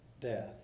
death